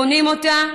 בונים אותה,